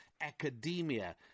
academia